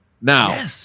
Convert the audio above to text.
Now